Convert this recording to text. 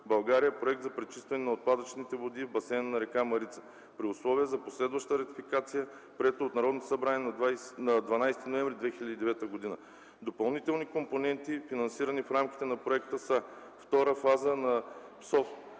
(България - проект за пречистване на отпадъчните води в басейна на река Марица), при условие за последваща ратификация, прието от Народното събрание на 12 ноември 2009 г. Допълнителни компоненти, финансирани в рамките на проекта са: Втора фаза на ПСОВ